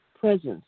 presence